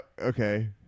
Okay